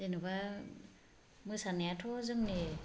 जेनेबा मोसानायाथ' जोंनि